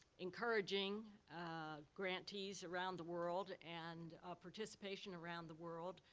encouraging ah grantees around the world, and participation around the world.